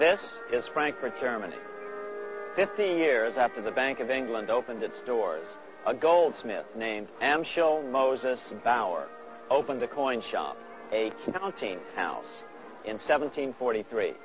this is frankfurt germany fifteen years after the bank of england opened its doors a goldsmith named and shell moses power opened the coin shop a counting house in seventeen forty three